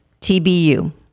tbu